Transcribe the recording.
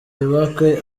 ibakwe